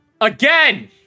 again